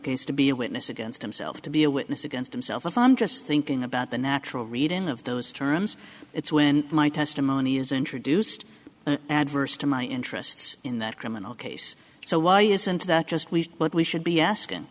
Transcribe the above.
case to be a witness against himself to be a witness against himself if i'm just thinking about the natural reading of those terms it's when my testimony is introduced adverse to my interests in that criminal case so why isn't that just we what we should be asking